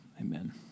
Amen